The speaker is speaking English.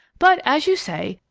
but as you say,